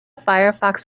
firefox